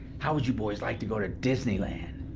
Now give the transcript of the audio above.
how would you boys like to go to disneyland?